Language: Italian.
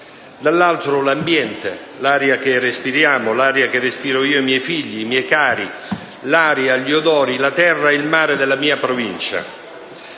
Dall'altra l'ambiente, l'aria che respiriamo, l'aria che respiriamo io e i miei figli, i miei cari, l'aria, gli odori, la terra e il mare della mia provincia,